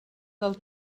del